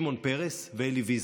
שמעון פרס ואלי ויזל,